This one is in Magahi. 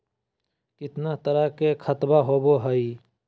कितना तरह के खातवा होव हई?